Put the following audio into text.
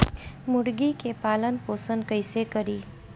मुर्गी के पालन पोषण कैसे करी?